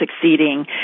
succeeding